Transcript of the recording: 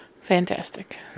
Fantastic